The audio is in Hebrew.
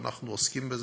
ואנחנו עוסקים בזה,